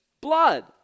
blood